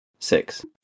Six